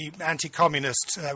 anti-communist